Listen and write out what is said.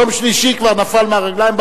יום שלישי כבר נפל מהרגליים,